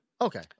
Okay